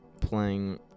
playing